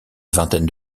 vingtaine